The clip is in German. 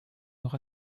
noch